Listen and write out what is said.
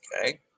okay